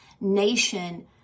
nation